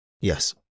Yes